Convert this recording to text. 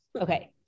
okay